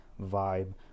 Vibe